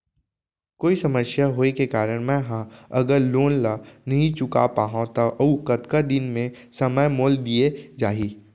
कोई समस्या होये के कारण मैं हा अगर लोन ला नही चुका पाहव त अऊ कतका दिन में समय मोल दीये जाही?